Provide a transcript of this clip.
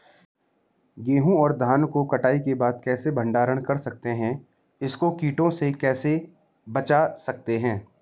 गेहूँ और धान को कटाई के बाद कैसे भंडारण कर सकते हैं इसको कीटों से कैसे बचा सकते हैं?